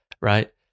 right